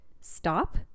stop